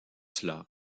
cela